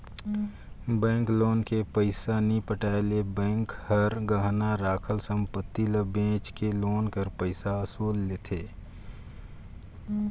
bank loan के पइसा नी पटाए ले बेंक हर गहना राखल संपत्ति ल बेंच के लोन कर पइसा ल वसूल लेथे